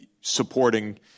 supporting